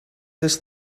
this